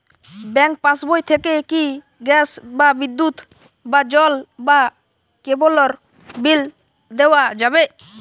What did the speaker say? Bank পাশবই থেকে কি গ্যাস বা বিদ্যুৎ বা জল বা কেবেলর বিল দেওয়া যাবে?